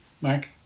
Mark